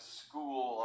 school